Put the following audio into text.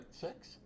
six